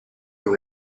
una